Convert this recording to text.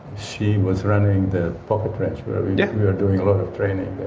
she was running the pocket ranch where we were doing a lot of training